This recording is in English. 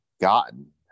gotten